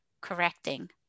correcting